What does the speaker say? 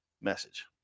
message